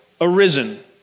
arisen